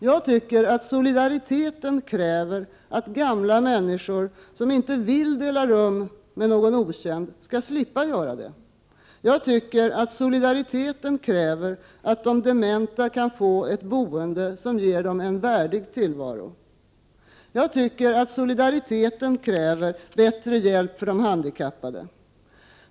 Jag tycker att solidariteten kräver att gamla människor, som inte vill dela rum med någon okänd, skall slippa göra det. Jag tycker att solidariteten kräver att de dementa kan få ett boende som ger dem en värdig tillvaro. Jag tycker att solidariteten kräver bättre hjälp för de handikappade.